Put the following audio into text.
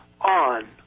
on